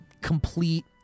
complete